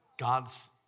God's